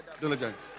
Diligence